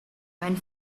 went